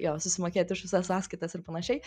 jo susimokėti už visas sąskaitas ir panašiai